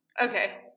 Okay